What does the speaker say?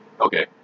Okay